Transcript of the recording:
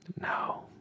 No